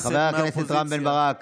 שהמדינה תישרף.